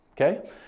Okay